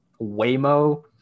Waymo